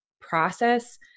process